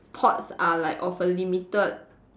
pots are like of a limited